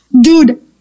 Dude